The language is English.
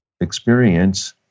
experience